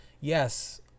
yes